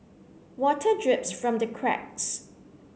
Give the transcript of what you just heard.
water drips from the cracks